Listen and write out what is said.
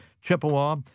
Chippewa